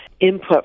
input